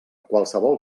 qualsevol